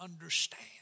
understand